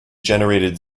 generated